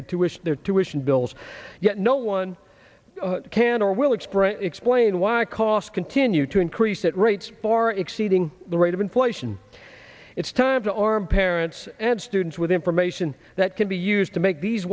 the tuition their tuition bills yet no one can or will express explain why costs continue to increase at rates far exceeding the rate of inflation it's time to arm parents and students with information that can be used to make these